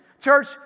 Church